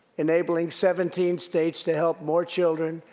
enabling seventeen states to help more children,